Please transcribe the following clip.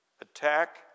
attack